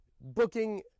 booking